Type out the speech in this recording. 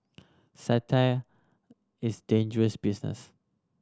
satire is dangerous business